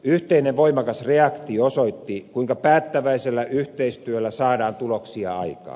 yhteinen voimakas reaktio osoitti kuinka päättäväisellä yhteistyöllä saadaan tuloksia aikaan